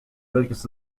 welches